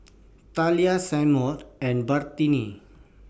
Talia Seymour and Brittni